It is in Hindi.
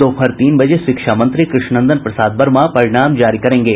दोपहर तीन बजे शिक्षा मंत्री कृष्णनंदन प्रसाद वर्मा परिणाम जारी करेंगे